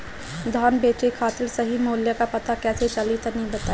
धान बेचे खातिर सही मूल्य का पता कैसे चली तनी बताई?